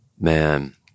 Man